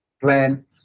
plan